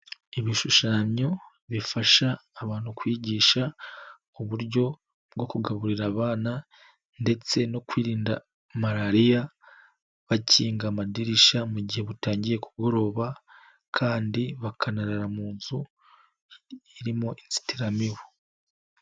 Ibishushanyo bifasha abantu kwigisha uburyo bwo kugaburira abana ndetse no kwirinda malaria, bakinga amadirishya mu gihe butangiye kugoroba, kandi bakanarara mu nzu irimo inzitiramibu.